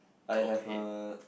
I have a